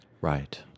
Right